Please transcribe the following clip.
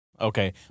okay